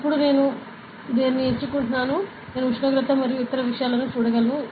ఇప్పుడు నేను దీన్ని ఎంచుకుంటున్నాను నేను ఉష్ణోగ్రత మరియు ఇతర విషయాలను చూడగలను